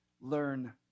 learn